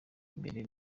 imbere